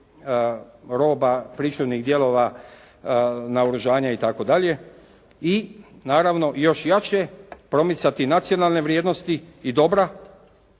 roba pričuvnih dijelova, naoružanja itd. i naravno još jače promicati nacionalne vrijednosti i dobra,